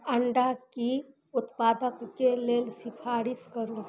अण्डाके उत्पादकके लेल सिफारिश करू